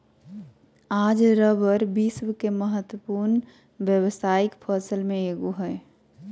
आज रबर विश्व के महत्वपूर्ण व्यावसायिक फसल में एगो हइ